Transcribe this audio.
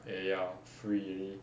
eh ya free already